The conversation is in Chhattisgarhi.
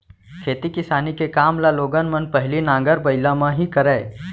खेती किसानी के काम ल लोगन मन पहिली नांगर बइला म ही करय